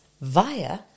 via